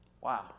Wow